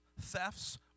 thefts